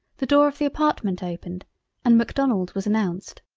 the door of the apartment opened and macdonald was announced.